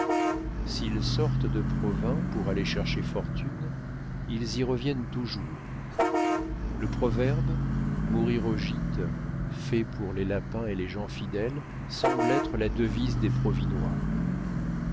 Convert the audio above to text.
s'ils sortent de provins pour aller chercher fortune ils y reviennent toujours le proverbe mourir au gîte fait pour les lapins et les gens fidèles semble être la devise des